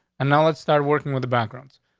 and now let's start working with backgrounds.